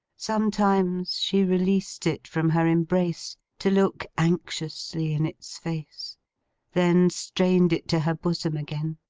sometimes, she released it from her embrace, to look anxiously in its face then strained it to her bosom again.